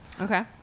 Okay